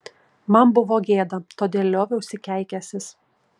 man buvo gėda todėl lioviausi keikęsis